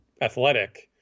athletic